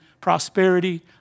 prosperity